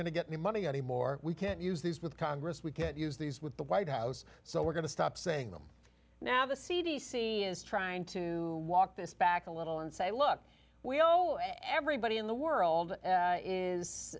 to get the money anymore we can't use these with congress we can't use these with the white house so we're going to stop saying them now the c d c is trying to walk this back a little and say look we all know everybody in the world is